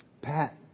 Pat